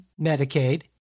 Medicaid